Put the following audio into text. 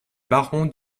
baron